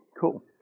cool